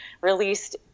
released